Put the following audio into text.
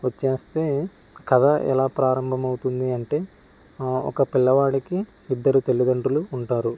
వచ్చేస్తే కథ ఎలా ప్రారంభమవుతుంది అంటే ఒక పిల్లవాడికి ఇద్దరు తల్లిదండ్రులు ఉంటారు